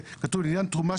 תרומות